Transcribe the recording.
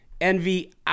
Envy